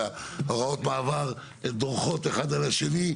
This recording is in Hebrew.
והוראות מעבר דורכות אחת על השנייה,